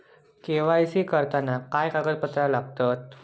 KYC करताना काय कागदपत्रा लागतत?